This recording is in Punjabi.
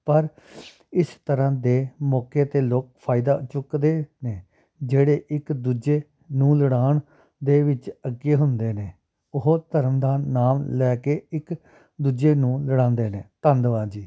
ਪਰ ਇਸ ਤਰ੍ਹਾਂ ਦੇ ਮੌਕੇ 'ਤੇ ਲੋਕ ਫਾਇਦਾ ਚੁੱਕਦੇ ਨੇ ਜਿਹੜੇ ਇੱਕ ਦੂਜੇ ਨੂੰ ਲੜਾਉਣ ਦੇ ਵਿੱਚ ਅੱਗੇ ਹੁੰਦੇ ਨੇ ਉਹ ਧਰਮ ਦਾ ਨਾਮ ਲੈ ਕੇ ਇੱਕ ਦੂਜੇ ਨੂੰ ਲੜਾਉਂਦੇ ਨੇ ਧੰਨਵਾਦ ਜੀ